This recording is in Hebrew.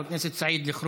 חבר הכנסת אלחרומי,